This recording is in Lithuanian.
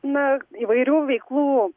na įvairių veiklų